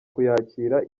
kuyakira